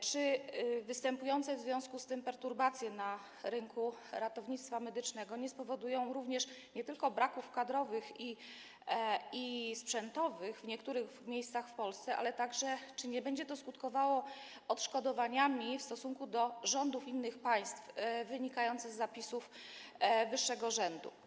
Czy występujące w związku z tym perturbacje na rynku ratownictwa medycznego nie spowodują nie tylko braków kadrowych i sprzętowych w niektórych miejscach w Polsce, ale także czy nie będzie to skutkowało odszkodowaniami dla rządów innych państw, wynikającymi z zapisów wyższego rzędu?